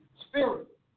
spirit